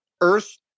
earth